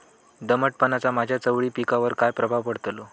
दमटपणाचा माझ्या चवळी पिकावर काय प्रभाव पडतलो?